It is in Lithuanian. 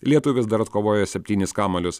lietuvis dar atkovojo septynis kamuolius